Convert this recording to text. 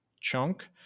chunk